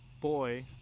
boy